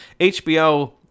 HBO